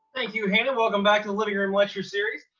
you, hannah! welcome back to the living room lecture series!